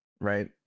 right